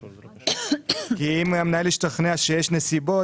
כי אם המנהל השתכנע שיש נסיבות,